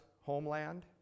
homeland